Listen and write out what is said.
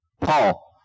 Paul